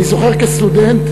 אני זוכר כסטודנט,